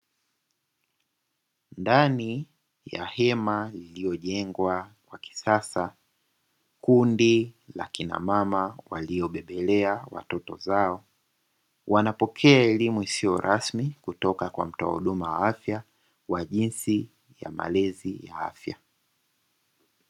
Ndani ya hema lililojengwa kwa kisasa, kundi la kina mama waliobebelea watoto zao, wanapokea elimu isiyo rasmi kutoka kwa mtoa huduma ya afya, wa jinsi ya malezi ya afya.